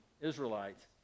Israelites